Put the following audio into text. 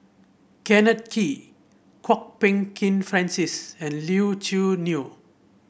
Kenneth Kee Kwok Peng Kin Francis and Leo Choo Neo